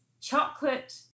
chocolate